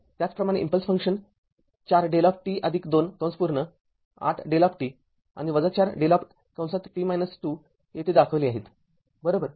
त्याचप्रमाणे impulse function ४δt२८ δ आणि ४δt २ येथे दाखविले आहेत बरोबर